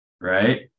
right